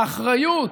האחריות,